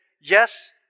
yes